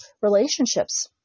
relationships